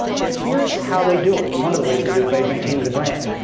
but here's how they do it, one of the ways they do it by maintaining the brand.